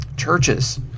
churches